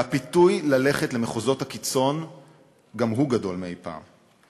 והפיתוי ללכת למחוזות הקיצון גם הוא גדול מאי-פעם.